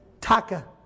Taka